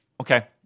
Okay